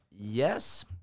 Yes